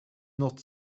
not